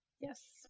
Yes